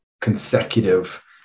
consecutive